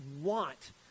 want